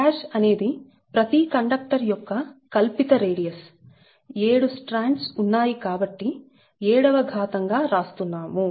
r అనేది ప్రతి conductor యొక్క కల్పిత రేడియస్ 7 స్ట్రాండ్స్ ఉన్నాయి కాబట్టి 7 వ ఘాతం గా రాస్తున్నాము